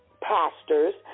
pastors